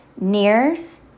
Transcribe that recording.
Nears